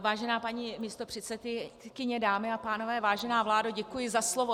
Vážená paní místopředsedkyně, dámy a pánové, vážená vládo, děkuji za slovo.